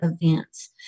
events